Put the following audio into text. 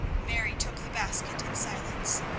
mary took the basket in silence,